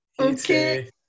okay